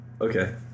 okay